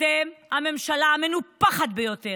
התשפ"ב 2022,